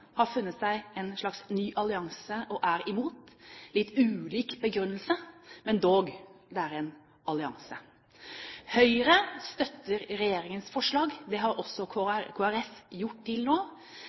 har funnet en slags ny allianse og er imot – litt ulik begrunnelse, men dog, det er en allianse. Høyre støtter regjeringens forslag. Det har også